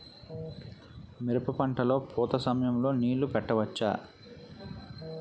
మిరప పంట లొ పూత సమయం లొ నీళ్ళు పెట్టవచ్చా?